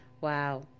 Wow